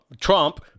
Trump